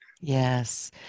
Yes